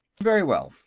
very well.